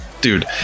Dude